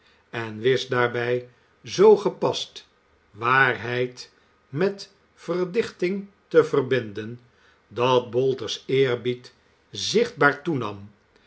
en wist daarbij zoo gepast waarheid met verdichting te verbinden dat bolter's eerbud zichtbaar toe